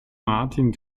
martin